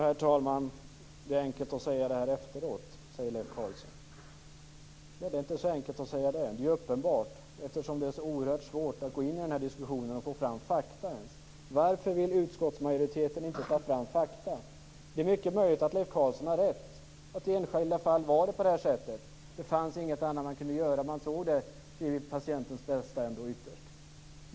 Herr talman! Leif Carlson säger att detta är enkelt att säga detta efteråt. Det är inte så enkelt att säga det. Det är ju uppenbart, eftersom det är så oerhört svårt att gå in i denna diskussion och ens få fram fakta. Varför vill utskottsmajoriteten inte ta fram fakta? Det är mycket möjligt att Leif Carlson har rätt, att det i det enskilda fallet inte fanns något annat som man kunde göra. Man såg ändå detta som det bästa för patienten.